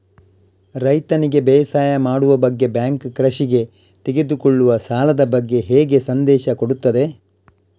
ರೈತನಿಗೆ ಬೇಸಾಯ ಮಾಡುವ ಬಗ್ಗೆ ಬ್ಯಾಂಕ್ ಕೃಷಿಗೆ ತೆಗೆದುಕೊಳ್ಳುವ ಸಾಲದ ಬಗ್ಗೆ ಹೇಗೆ ಸಂದೇಶ ಕೊಡುತ್ತದೆ?